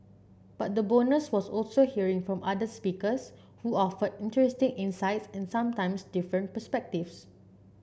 but the bonus was also hearing from other speakers who offered interesting insights and sometimes different perspectives